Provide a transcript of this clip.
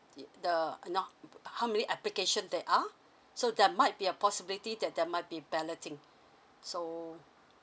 the the nu~ how many application there are so there might be a possibility that there might be balloting so